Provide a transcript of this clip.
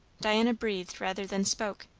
diana breathed rather than spoke.